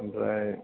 ओमफ्राय